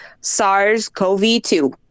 SARS-CoV-2